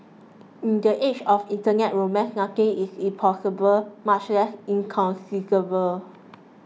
in the age of internet romance nothing is impossible much less inconceivable